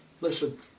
listen